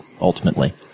ultimately